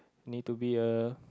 need to be a